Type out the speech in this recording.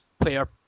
player